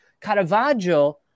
Caravaggio